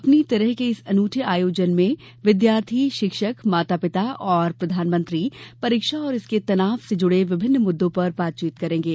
अपनी तरह के इस अनूठे आयोजन में विद्यार्थी शिक्षक माता पिता और प्रधानमंत्री परीक्षा और इसके तनाव से जुड़े विभिन्न मुद्दों पर बातचीत करेंगे